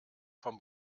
vom